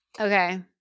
Okay